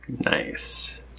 Nice